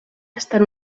estar